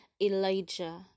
Elijah